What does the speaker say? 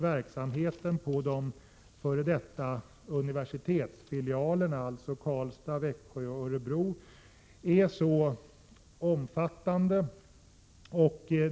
Verksamheten vid de f.d. universitetsfilialerna, dvs. Karlstad, Växjö och Örebro, är nu ganska omfattande.